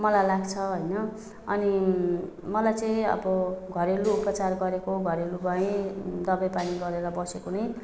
मलाई लाग्छ होइन अनि मलाई चाहिँ अब घरेलु उपचार गरेको घरेलु भए दबाईपानी गरेर बसेको नै